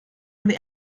wurde